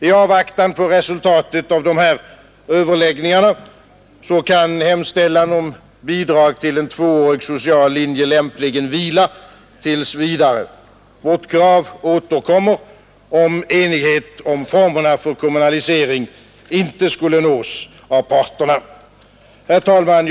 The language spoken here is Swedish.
I avvaktan på resultatet av dessa överläggningar kan hemställan om bidrag till en tvåårig social linje lämpligen vila tills vidare. Vårt krav återkommer därest enighet om formerna för kommunaliseringen inte skulle nås av parterna. Herr talman!